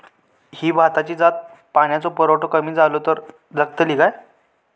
ही भाताची जात पाण्याचो पुरवठो कमी जलो तर जगतली काय?